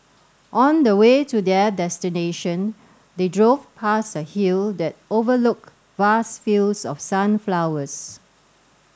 on the way to their destination they drove past a hill that overlook vast fields of sunflowers